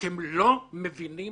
אתם לא מבינים